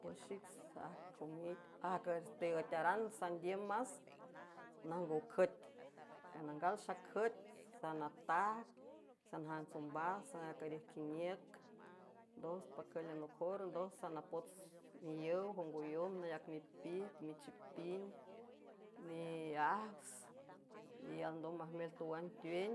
Pues xic idajagas teüetearan sandiüm más najngo cüet sanangal xacüet sanataag sanjants ombas saacürijquiniüc ndoj pacüla nojor ndoj sanapots miíow jongoyom nayac mipit michipin miajs y alndom majmel towan tuen